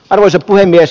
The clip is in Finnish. arvoisa puhemies